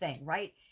right